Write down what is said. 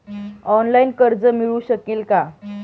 Online कर्ज मिळू शकेल का?